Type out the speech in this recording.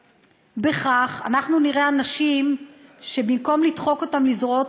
כך אנחנו נראה אנשים שבמקום לדחוק אותם לזרועות